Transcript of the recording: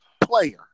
player